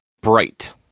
Bright